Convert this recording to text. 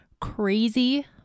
crazy